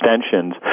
extensions